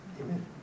Amen